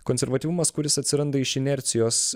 konservatyvumas kuris atsiranda iš inercijos